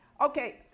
Okay